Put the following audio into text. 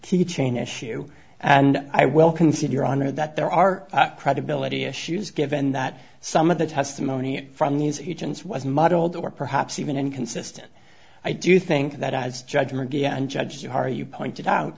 teaching issue and i will concede your honor that there are credibility issues given that some of the testimony from these agents was muddled or perhaps even inconsistent i do think that as judgment judges you are you pointed out